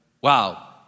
wow